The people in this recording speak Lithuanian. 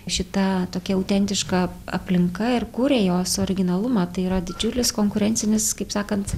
šita tokia autentiška aplinka ir kuria jos originalumą tai yra didžiulis konkurencinis kaip sakant